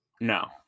No